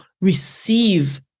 receive